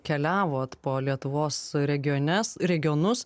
keliavot po lietuvos regiones regionus